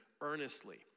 earnestly